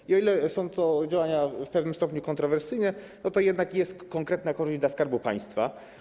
I o ile są to działania w pewnym stopniu kontrowersyjne, to jednak jest konkretna korzyść dla Skarbu Państwa.